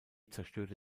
zerstörte